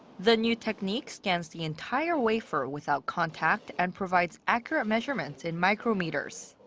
the new technique scans the entire wafer without contact and provides accurate measurements in micrometers.